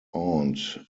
aunt